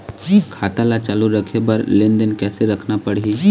खाता ला चालू रखे बर लेनदेन कैसे रखना पड़ही?